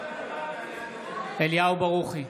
אליהו ברוכי,